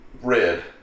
Red